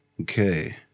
okay